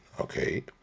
Okay